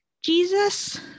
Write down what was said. jesus